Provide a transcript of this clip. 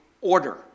order